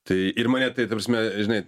tai ir mane tai ta prasme žinai